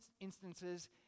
instances